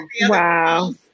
Wow